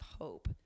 hope